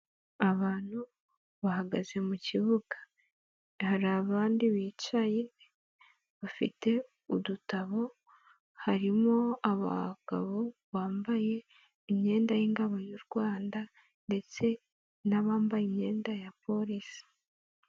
Abantu bahagaze mu kibuga hari abandi bicaye bafite udutabo harimo abagabo bambaye imyenda y'ingabo y'u Rwanda ndetse n'abambaye imyenda ya Polisi.